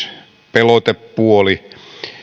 pelotepuoli